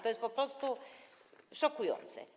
To jest po prostu szokujące.